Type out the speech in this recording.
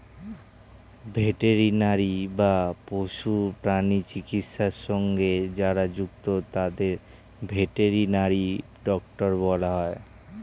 veterinary বা পশু প্রাণী চিকিৎসা সঙ্গে যারা যুক্ত তাদের ভেটেরিনারি ডক্টর বলা হয়